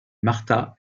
martha